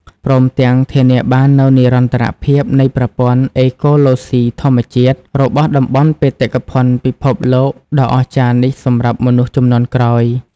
ព្រមទាំងធានាបាននូវនិរន្តរភាពនៃប្រព័ន្ធអេកូឡូស៊ីធម្មជាតិ របស់តំបន់បេតិកភណ្ឌពិភពលោកដ៏អស្ចារ្យនេះសម្រាប់មនុស្សជំនាន់ក្រោយ។